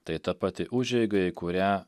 tai ta pati užeiga į kurią